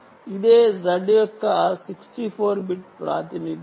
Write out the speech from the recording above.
ఇదే Z యొక్క 64 bit ప్రాతినిధ్యం